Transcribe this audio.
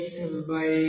15 0